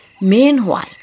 Meanwhile